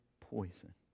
poison